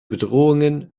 bedrohungen